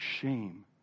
shame